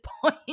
point